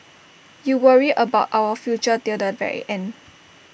you worry about our future till the very end